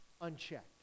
unchecked